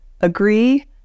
agree